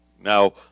Now